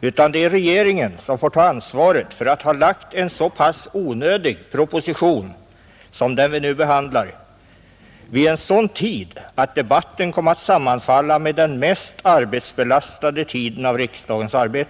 utan det är regeringen som får ta ansvaret för att ha lagt en så pass onödig proposition som den vi nu behandlar vid en sådan tid att debatten kommit att sammanfalla med den mest arbetsbelastade delen av vårriksdagen.